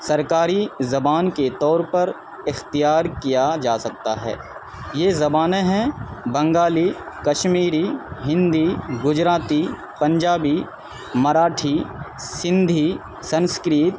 سرکاری زبان کے طور پر اختیار کیا جا سکتا ہے یہ زبانیں ہیں بنگالی کشمیری ہندی گجراتی پنجابی مراٹھی سندھی سنسکرت